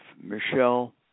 Michelle